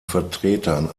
vertretern